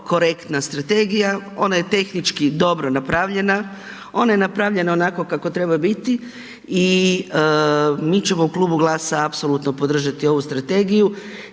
korektna strategija, ona je tehnički dobro napravljena, ona je napravljena onako kako treba biti i mi ćemo u Klubu GLAS-a apsolutno podržati ovu strategiju